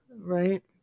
Right